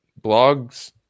blogs